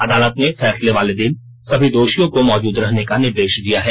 अदालत ने फैसले वाले दिन सभी दोषियों को मौजूद रहने का निर्देश दिया है